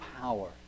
power